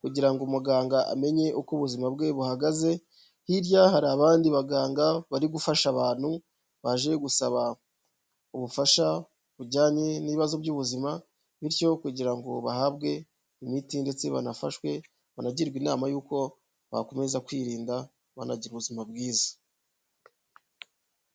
kugira ngo umuganga amenye uko ubuzima bwe buhagaze, hirya hari abandi baganga bari gufasha abantu baje gusaba ubufasha bujyanye n'ibibazo by'ubuzima, bityo kugira ngo bahabwe imiti ndetse banafashwe, banagirwarwe inama y'uko bakomeza kwirinda banagira ubuzima bwiza.